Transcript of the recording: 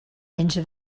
into